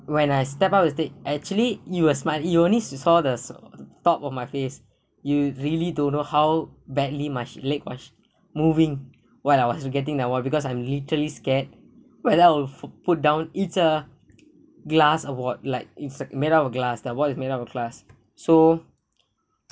when I step up in stage actually you are smile you only s~ saw the top of my face you really don't know how badly my leg was moving while I was getting that award because I'm literally scared when I were f~ put down it's a glass award like it's a made up of glass that award is made up of glass so